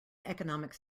economics